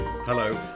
Hello